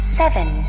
seven